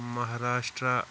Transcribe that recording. Maharashtra